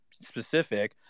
specific